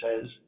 says